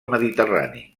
mediterrani